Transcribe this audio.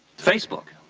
facebook.